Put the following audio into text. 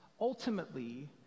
ultimately